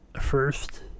first